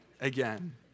again